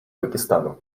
пакистаном